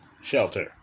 shelter